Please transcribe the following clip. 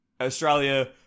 Australia